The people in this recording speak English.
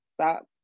stop